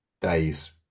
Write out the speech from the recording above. days